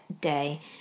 day